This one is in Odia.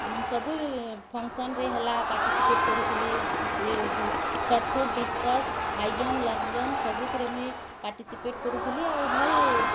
ସବୁ ଫଙ୍କ୍ସନ୍ରେ ହେଲା ପାର୍ଟିସିପେଟ୍ କରୁଥିଲି shot put discus high jump long jump ସବୁଥିରେ ମୁଇଁ ପାର୍ଟିସିପେଟ୍ କରୁଥିଲି ଆଉ ଭଲ୍